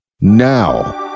now